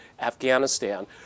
Afghanistan